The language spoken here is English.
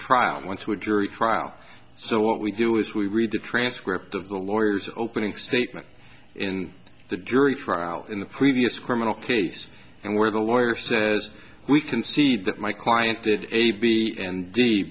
trial and went to a jury trial so what we do is we read the transcript of the lawyers opening statement in the jury trial in the previous criminal case and where the lawyer says we concede that my client did a b and d